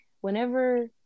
whenever